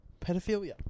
Pedophilia